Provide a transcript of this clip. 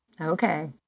Okay